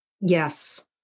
Yes